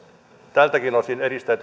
tältäkin osin edistää